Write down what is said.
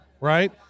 right